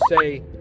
say